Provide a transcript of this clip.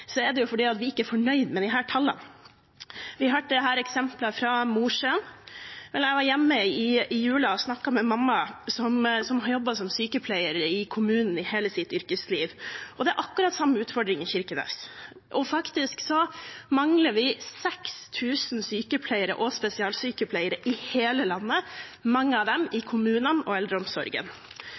er det fordi vi ikke er fornøyd med disse tallene. Vi hørte eksempler fra Mosjøen. Vel, jeg var hjemme i julen og snakket med mamma, som har jobbet som sykepleier i kommunen i hele sitt yrkesliv, og det er akkurat den samme utfordringer i Kirkenes. Faktisk mangler vi 6 000 sykepleiere og spesialsykepleiere i hele landet, mange av dem i kommunene og i eldreomsorgen.